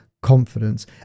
confidence